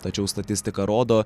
tačiau statistika rodo